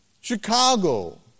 Chicago